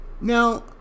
Now